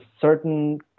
certain